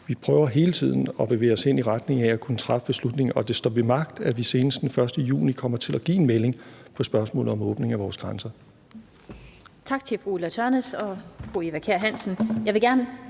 Vi prøver hele tiden at bevæge os hen i retning af at kunne træffe beslutningen. Og det står ved magt, at vi senest den 1. juni kommer til at give en melding på spørgsmålet om åbning af vores grænser